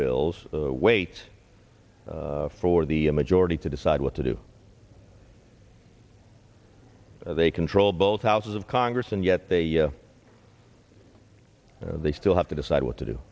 bills wait for the majority to decide what to do they control both houses of congress and yet they they still have to decide what to do